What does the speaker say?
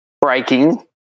breaking